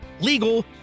legal